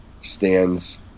stands